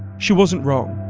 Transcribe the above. she wasn't wrong